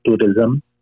tourism